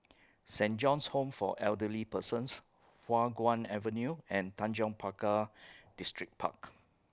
Saint John's Home For Elderly Persons Hua Guan Avenue and Tanjong Pagar Distripark